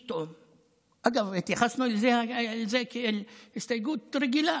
אגב, התייחסנו אל זה כאל הסתייגות רגילה,